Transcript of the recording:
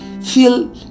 feel